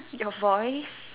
your voice